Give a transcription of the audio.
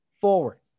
Forward